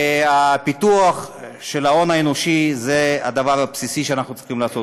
והפיתוח של ההון האנושי זה הדבר הבסיסי שאנחנו צריכים לעשות.